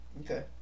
Okay